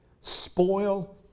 spoil